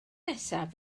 nesaf